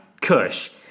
Kush